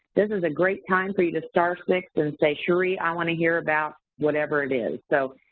this is a great time for you to star six and say, cherie, i wanna hear about, whatever it is. so,